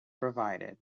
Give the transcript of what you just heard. provided